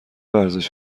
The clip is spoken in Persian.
ورزش